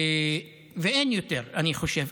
ואין יותר, אני חושב.